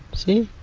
see.